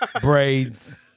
Braids